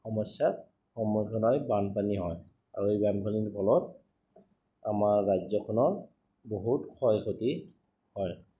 সমস্যাৰ সন্মুখীন হয় আৰু বানপানী হয় আৰু এই বানপানীৰ ফলত আমাৰ ৰাজ্যখনৰ বহুত ক্ষয় ক্ষতি হয়